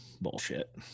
Bullshit